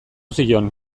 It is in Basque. zion